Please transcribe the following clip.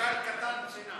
גלגל קטן שנע.